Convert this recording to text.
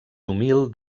humil